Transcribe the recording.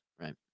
right